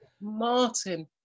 Martin